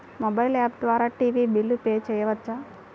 Mobile app ద్వారా TV bill pay చేయవచ్చా?